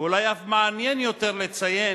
ואולי אף מעניין יותר לציין